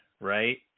right